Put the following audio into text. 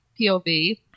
POV